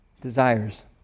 desires